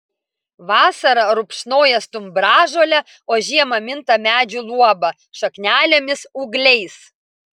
vasarą rupšnoja stumbražolę o žiemą minta medžių luoba šaknelėmis ūgliais